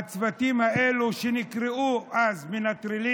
הצוותים האלה, שנקראו אז "מנטרלים"